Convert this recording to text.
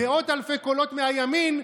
מאות אלפי קולות מהימין,